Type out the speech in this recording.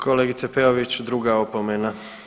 Kolegice Peović, druga opomena.